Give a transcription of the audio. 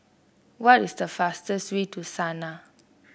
what is the fastest way to Sanaa